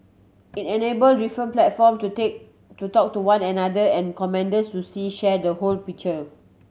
it enable different platform to take to talk to one another and commanders to see share the whole picture